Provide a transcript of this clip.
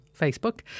Facebook